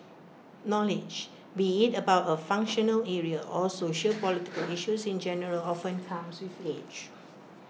knowledge be IT about A functional area or sociopolitical issues in general often comes with age